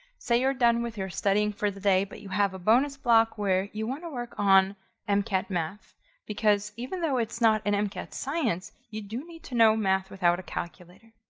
say you're done with your studying for the day, but you have a bonus block where you want to work on and mcat math because even though it's not an mcat science, you do need to know math without a calculator.